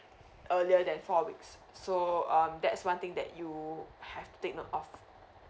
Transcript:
earlier than four weeks so um that's one thing that you have to take note of